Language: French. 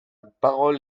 parole